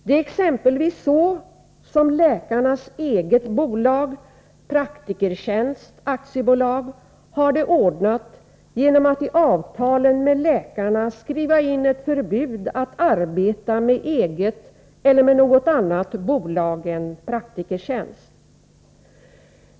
Det är exempelvis så som läkarnas eget bolag Praktikertjänst AB har det ordnat genom att i avtalen med läkarna skriva in ett förbud att arbeta med eget eller med något annat bolag än Praktikertjänst.